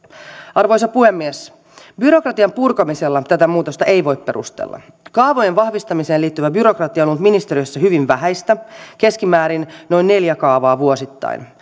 arvoisa puhemies byrokratian purkamisella tätä muutosta ei voi perustella kaavojen vahvistamiseen liittyvä byrokratia on ollut ministeriössä hyvin vähäistä keskimäärin noin neljä kaavaa vuosittain